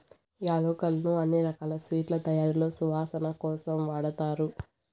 యాలక్కులను అన్ని రకాల స్వీట్ల తయారీలో సువాసన కోసం వాడతారు